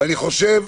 ואני חושב,